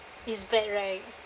it's bad right